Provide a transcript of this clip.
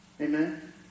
Amen